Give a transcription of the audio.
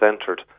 entered